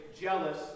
jealous